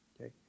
Okay